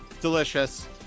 delicious